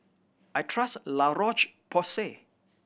I trust La Roche Porsay